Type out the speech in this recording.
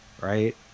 Right